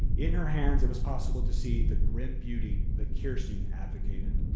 in her hands, it was possible to see the grim beauty that kirstein advocated.